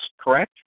correct